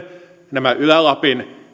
nämä ylä lapin